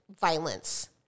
violence